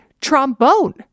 trombone